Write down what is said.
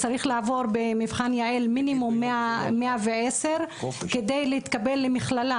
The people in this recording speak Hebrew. צריך לעבור במבחן יע"ל מינימום 110 כדי להתקבל למכללה.